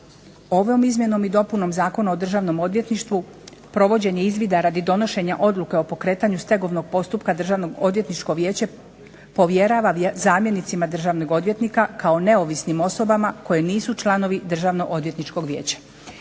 Ovom izmjenom i dopunom Zakona o državnom odvjetništvu provođenje izvida radi donošenja odluke o pokretanju stegovnog postupka Državno odvjetničko vijeće povjerava zamjenicima državnih odvjetnika kao neovisnim osobama koje nisu članovi Državnog odvjetničkog vijeća.